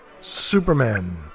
Superman